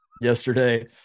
yesterday